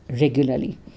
regularly